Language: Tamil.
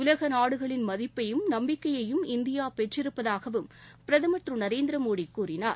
உலக நாடுகளின் மதிப்பையும் நம்பிக்கையையும் இந்தியா பெற்றிருப்பதாகவும் பிரதமர் திரு நரேந்திர மோடி கூறினார்